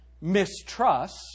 Mistrust